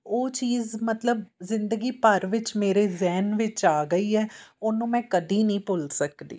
ਉਹ ਚੀਜ਼ ਮਤਲਬ ਜ਼ਿੰਦਗੀ ਭਰ ਵਿੱਚ ਮੇਰੇ ਜ਼ਹਿਨ ਵਿੱਚ ਆ ਗਈ ਹੈ ਉਹਨੂੰ ਮੈਂ ਕਦੇ ਨਹੀਂ ਭੁੱਲ ਸਕਦੀ